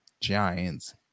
Giants